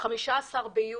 ב-15 ביולי,